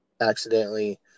accidentally